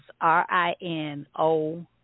R-I-N-O